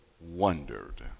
wondered